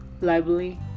lively